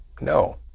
no